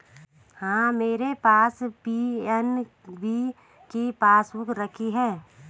हाँ, मेरे पास पी.एन.बी की पासबुक रखी है